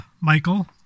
Michael